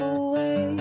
away